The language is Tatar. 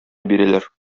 бирәләр